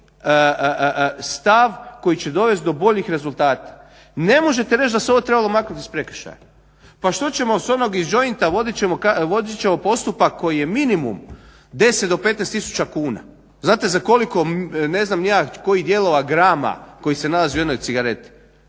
stav koji će dovesti do boljih rezultata. Ne možete reći da se ovo trebalo maknuti iz prekršaja. Pa što ćemo s onog, iz jointa vodit ćemo postupak koji je minimum 10 do 15 tisuća kuna. Znate za koliko ne znam ni ja kojih dijelova grama koji se nalaze u jednoj cigareti.